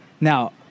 now